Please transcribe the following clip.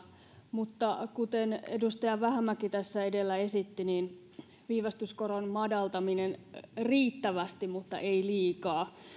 mutta kuten edustaja vähämäki tässä edellä esitti viivästyskoron madaltaminen riittävästi mutta ei liikaa